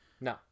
No